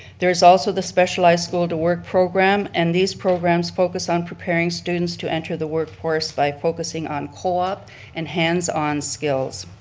there's also the specialized school to work program. and these programs focus on preparing students to enter the workforce by focusing on co-op and hands on skills.